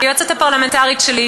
היועצת הפרלמנטרית שלי,